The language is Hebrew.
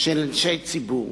של אנשי ציבור,